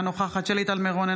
אינה נוכחת שלי טל מירון,